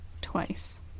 twice